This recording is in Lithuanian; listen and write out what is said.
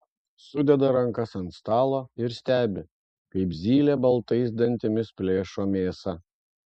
sudeda rankas ant stalo ir stebi kaip zylė baltais dantimis plėšo mėsą